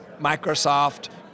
Microsoft